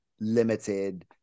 limited